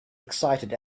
excited